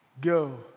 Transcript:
go